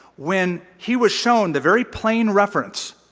when he was shown the very plain reference